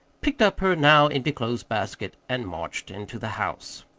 picked up her now empty clothes-basket and marched into the house.